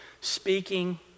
speaking